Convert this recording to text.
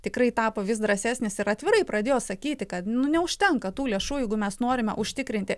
tikrai tapo vis drąsesnis ir atvirai pradėjo sakyti kad nu neužtenka tų lėšų jeigu mes norime užtikrinti